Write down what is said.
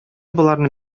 боларны